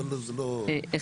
אבל זה לא תודה רבה,